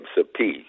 apiece